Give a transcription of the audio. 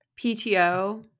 PTO